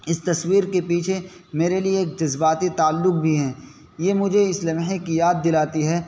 اس تصویر کے پیچھے میرے لیے ایک جذباتی تعلق بھی ہیں یہ مجھے اس لمحے کی یاد دلاتی ہے